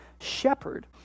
shepherd